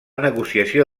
negociació